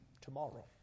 tomorrow